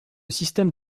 système